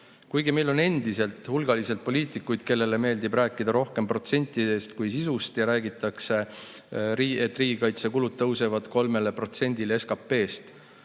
Kuigi meil on endiselt hulgaliselt poliitikuid, kellele meeldib rääkida rohkem protsentidest kui sisust, ja räägitakse, et riigikaitsekulud tõusevad 3%‑ni SKP‑st,